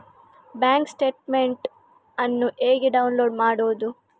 Bank statement ಅನ್ನು ಹೇಗೆ download ಮಾಡುವುದು?